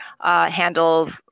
handles